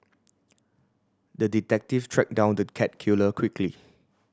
the detective tracked down the cat killer quickly